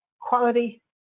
quality